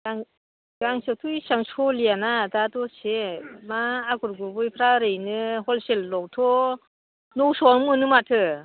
गां गांसेयावथ' एसां सलियाना दा दसे मा आगर गुबैफ्रा ओरैनो हलसेलावथ' नौस'आवनो मोनो माथो